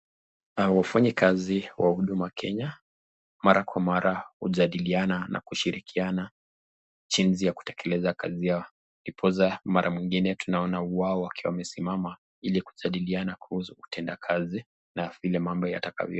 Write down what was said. Wafanyakazi wa huduma kenya mara kwa mara hujadiliana na kushirikiana jinsi ya kutekeleza kazi yao. Ndiposa mara nyingine tunaona wao wakiwa wamesimama ili kujadiliana kuhusu kutenda kazi na vile mambo yatakavyo kuwa.